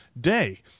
day